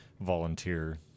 volunteer